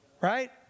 right